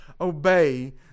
obey